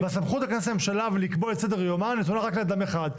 והסמכות לכנס את הממשלה ולקבוע את סדר יומה נתונה רק לאדם אחד,